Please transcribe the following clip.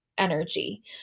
Energy